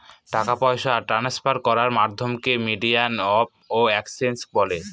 টাকা পয়সা ট্রান্সফার করার মাধ্যমকে মিডিয়াম অফ এক্সচেঞ্জ বলে